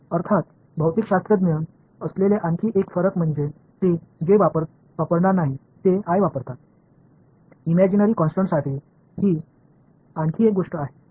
अर्थात भौतिकशास्त्रज्ञ असलेले आणखी एक फरक म्हणजे ते j वापरणार नाहीत ते i वापरतात इमॅजिनरी कॉन्स्टन्ट साठी ही आणखी एक गोष्ट आहे